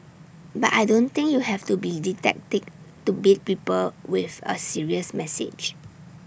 but I don't think you have to be didactic to beat people with A serious message